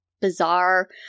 bizarre